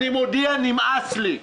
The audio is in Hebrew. אני מודיע: נמאס לי.